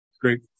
Great